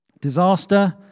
disaster